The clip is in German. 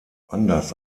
anders